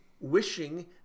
wishing